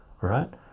right